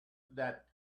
that